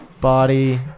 body